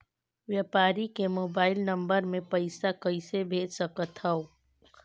व्यापारी के mobile number मे पईसा कइसे भेज सकथव?